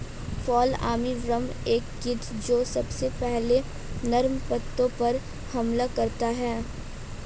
fall armyworm एक कीट जो सबसे पहले नर्म पत्तों पर हमला करता है